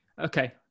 Okay